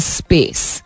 space